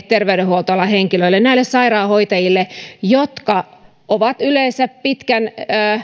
terveydenhuoltoalan henkilöille näille sairaanhoitajille jotka ovat yleensä pitkän